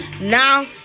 Now